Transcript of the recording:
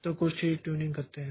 तो कुछ ठीक ट्यूनिंग करते हैं